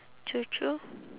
true true